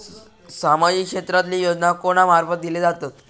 सामाजिक क्षेत्रांतले योजना कोणा मार्फत दिले जातत?